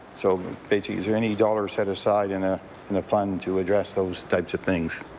so basically is there any dollars set aside in ah and a fund to address those types of things?